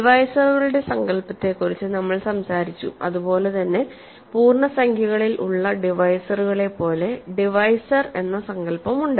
ഡിവൈസറുകളുടെ സങ്കൽപ്പത്തെക്കുറിച്ച് നമ്മൾ സംസാരിച്ചു അതുപോലെ തന്നെ പൂർണ്ണസംഖ്യകളിൽ ഉള്ള ഡിവൈസറുകളെപോലെ ഡിവൈസർ എന്ന സങ്കൽപ്പമുണ്ട്